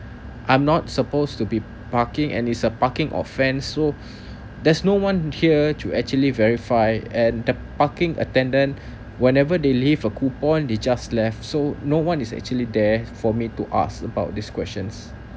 I'm not supposed to be parking and is a parking offence so there's no one here to actually verify and the parking attendant whenever they leave a coupon they just left so no one is actually there for me to ask about this question